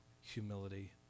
humility